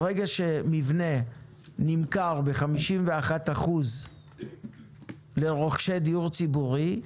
ברגע שמבנה נמכר ב-51% לרוכשי דיור ציבורי,